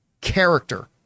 Character